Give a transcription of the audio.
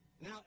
Now